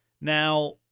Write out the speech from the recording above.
Now